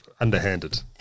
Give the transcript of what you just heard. underhanded